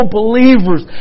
believers